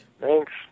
Thanks